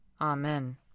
Amen